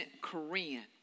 Korean